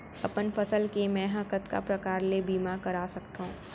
अपन फसल के मै ह कतका प्रकार ले बीमा करा सकथो?